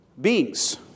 beings